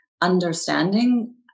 understanding